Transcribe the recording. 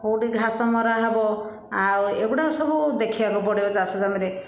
କେଉଁଠି ଘାସ ମରା ହେବ ଆଉ ଏଗୁଡ଼ା ସବୁ ଦେଖିବାକୁ ପଡ଼ିବ ଚାଷ ଜମିରେ